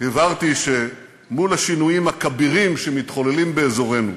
הבהרתי שמול השינויים הכבירים שמתחוללים באזורנו,